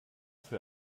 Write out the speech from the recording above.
für